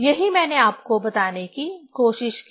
यही मैंने आपको बताने की कोशिश की